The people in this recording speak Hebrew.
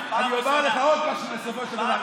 אני אומר לך עוד משהו: בסופו של דבר,